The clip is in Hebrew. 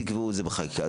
תקבעו את זה בחקיקה.